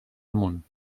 amunt